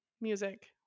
music